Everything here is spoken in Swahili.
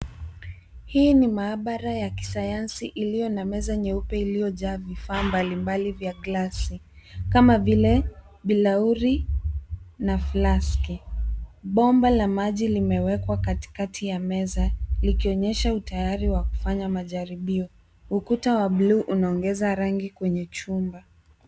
hii ni maabara ya kisayansi iliyo na meza nyeupe iliyojaa vifaa mbalimbali vya glasi kama vile bilauri na flaski. Bomba la maji limewekwa katikati ya meza likionyesha utayari wa kufanya majaribio. Ukuta wa buluu unaongeza rangi kwenye chumba.